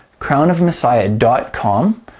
crownofmessiah.com